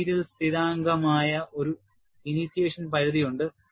material സ്ഥിരാങ്കമായ ഒരു initiation പരിധി ഉണ്ട്